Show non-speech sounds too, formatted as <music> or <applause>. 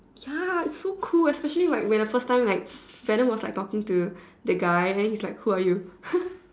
ya it's so cool especially like when the first time like Venom was like talking to the guy then he's like who are you <laughs>